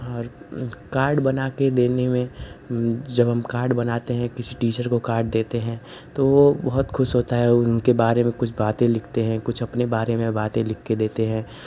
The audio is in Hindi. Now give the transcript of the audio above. और कार्ड बना कर देने में जब हम कार्ड बनाते हैं किसी टीचर को कार्ड देते हैं तो वो बहुत खुश होता है उनके बारे में कुछ बाते लिखते हैं कुछ अपने बारे में बाते लिख कर देते हैं